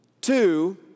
Two